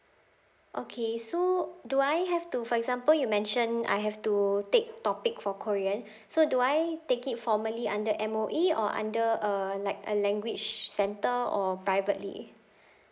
okay so do I have to for example you mentioned I have to take topic for korean so do I take it formally under M_O_E or under uh like a language centre or privately